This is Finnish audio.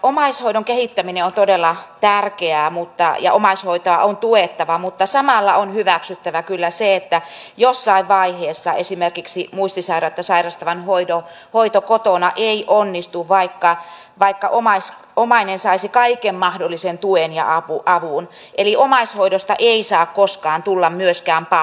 omaishoidon kehittäminen on todella tärkeää ja omaishoitoa on tuettava mutta samalla on kyllä hyväksyttävä se että jossain vaiheessa esimerkiksi muistisairautta sairastavan hoito kotona ei onnistu vaikka omainen saisi kaiken mahdollisen tuen ja avun eli omaishoidosta ei saa koskaan tulla myöskään pakkoa